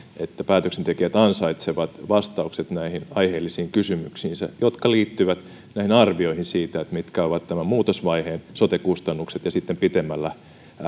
että päätöksentekijät ansaitsevat vastaukset näihin aiheellisiin kysymyksiinsä jotka liittyvät arvioihin siitä mitkä ovat sote kustannukset tässä muutosvaiheessa ja sitten pitemmällä